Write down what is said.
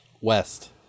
West